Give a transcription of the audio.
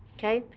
ok?